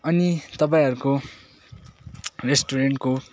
अनि तपाईँहरूको रेस्टुरेन्टको